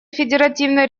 федеративной